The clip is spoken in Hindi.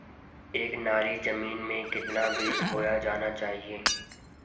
एक नाली जमीन में कितना बीज बोया जाना चाहिए?